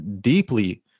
deeply